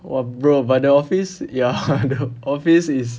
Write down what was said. !wah! bro but the office ya the office is